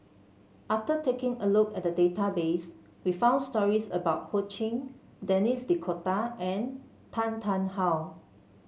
after taking a look at the database we found stories about Ho Ching Denis D'Cotta and Tan Tarn How